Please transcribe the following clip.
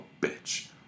bitch